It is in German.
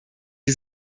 die